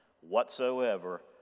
whatsoever